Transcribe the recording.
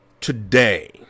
today